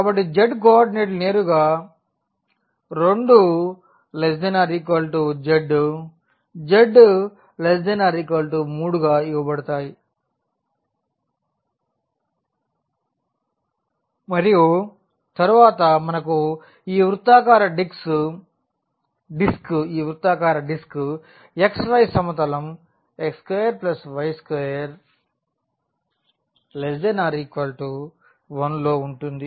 కాబట్టి z కోఆర్డినేట్లు నేరుగా 2≤z≤3 గా ఇవ్వబడతాయి మరియు తరువాత మనకు ఈ వృత్తాకార డిస్క్ xy సమతలం x2y2≤1 లో ఉంటుంది